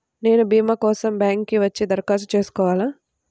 నేను భీమా కోసం బ్యాంక్కి వచ్చి దరఖాస్తు చేసుకోవాలా?